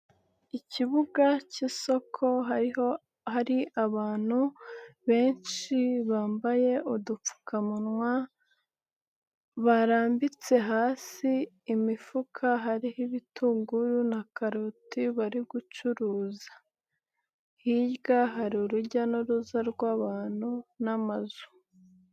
Ikibuga k'isoko hariho hari abantu benshi bambaye udupfukamunwa, barambitse hasi imifuka hariho ibitunguru na karoti bari gucuruza. Hirya hari urujya n'uruza rw'abantu n'amazu.